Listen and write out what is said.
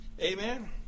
Amen